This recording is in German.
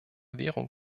währung